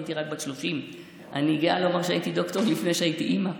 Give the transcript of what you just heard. הייתי רק בת 30. אני גאה לומר שהייתי דוקטור לפני שהייתי אימא.